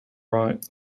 right